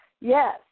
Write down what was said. Yes